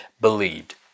believed